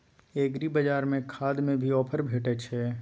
एग्रीबाजार में खाद में भी ऑफर भेटय छैय?